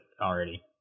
already